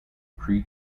pre